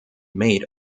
made